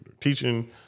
teaching